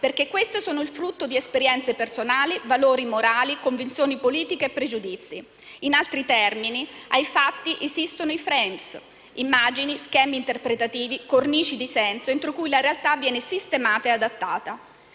perché queste sono il frutto di esperienze personali, valori morali, convinzioni politiche e pregiudizi. In altri termini, ai fatti si oppongono i *frames*, immagini, schemi interpretativi, cornici di senso, entro cui la realtà viene sistemata e adattata.